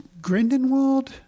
Grindenwald